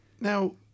Now